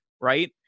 right